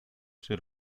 czy